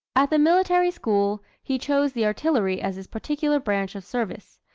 at the military school, he chose the artillery as his particular branch of service.